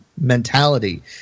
mentality